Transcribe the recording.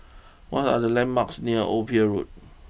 what are the landmarks near Old Pier Road